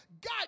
God